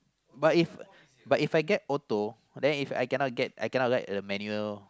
but if but If I get auto then If I cannot I cannot ride the manual